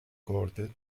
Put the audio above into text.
quartet